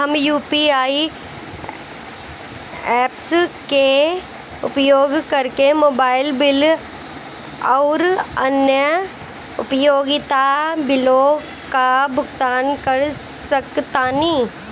हम UPI apps के उपयोग करके मोबाइल बिल आउर अन्य उपयोगिता बिलों का भुगतान कर सकतानी